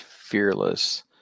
fearless